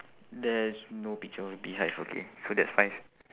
there's no picture of a beehive okay so that's five